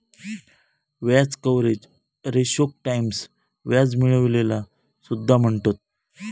व्याज कव्हरेज रेशोक टाईम्स व्याज मिळविलेला सुद्धा म्हणतत